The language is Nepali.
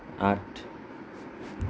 आठ